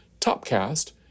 topcast